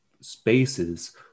spaces